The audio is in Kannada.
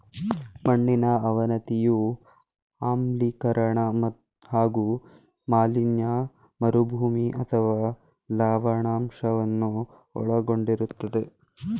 ಮಣ್ಣಿನ ಅವನತಿಯು ಆಮ್ಲೀಕರಣ ಹಾಗೂ ಮಾಲಿನ್ಯ ಮರುಭೂಮಿ ಅಥವಾ ಲವಣಾಂಶವನ್ನು ಒಳಗೊಂಡಿರ್ತದೆ